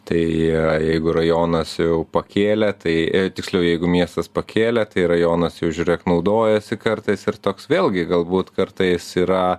tai jeigu rajonas jau pakėlė tai tiksliau jeigu miestas pakėlė tai rajonas jau žiūrėk naudojasi kartais ir toks vėlgi galbūt kartais yra